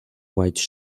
white